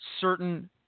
certain